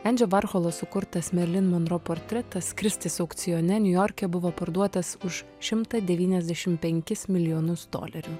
endžio barcholos sukurtas merlin monro portretas skristis aukcione niujorke buvo parduotas už šimtą devyniasdešimt penkis milijonus dolerių